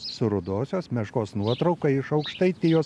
su rudosios meškos nuotrauka iš aukštaitijos